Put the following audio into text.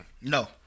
No